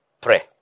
pray